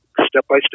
step-by-step